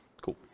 Cool